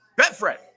Betfred